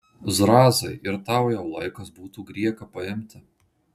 zrazai ir tau jau laikas būtų grieką paimti